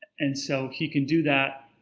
and so he can do that,